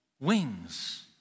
wings